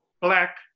black